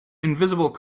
invisible